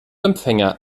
empfänger